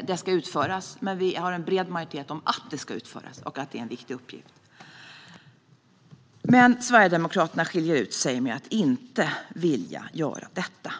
detta ska utföras, men vi har en bred majoritet för att det ska utföras och för att det här är en viktig uppgift. Sverigedemokraterna skiljer alltså ut sig och vill inte göra detta.